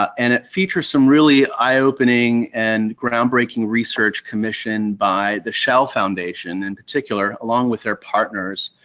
and it features some really eye-opening and groundbreaking research commissioned by the shell foundation in particular, along with their partners,